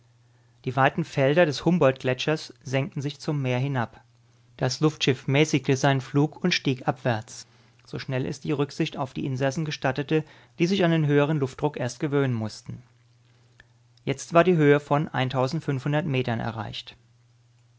die weiten felder des humboldtgletschers senkten sich zum meer hinab das luftschiff mäßigte seinen flug und stieg abwärts so schnell es die rücksicht auf die insassen gestattete die sich an den höheren luftdruck erst gewöhnen mußten jetzt war die höhe von metern erreicht